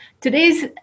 Today's